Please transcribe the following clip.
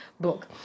book